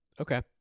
Okay